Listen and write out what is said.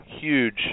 huge